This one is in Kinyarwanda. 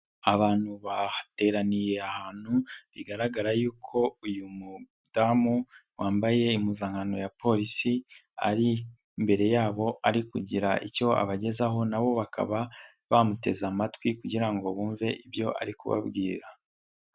Abantu bateraniye ahantu, bigaragara yuko uyu mudamu, wambaye impuzankano ya polisi, ari imbere yabo ari kugira icyo abagezaho nabo bakaba, bamuteze amatwi kugira ngo bumve ibyo ari kubabwira.